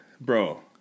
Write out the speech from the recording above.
Bro